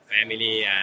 family